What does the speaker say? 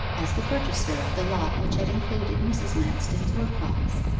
as the purchaser of the lot which had included mrs. manston's workbox.